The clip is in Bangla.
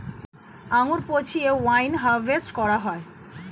আঙ্গুর পচিয়ে ওয়াইন হারভেস্ট করা হয়